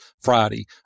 Friday